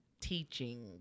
teaching